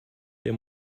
der